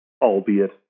albeit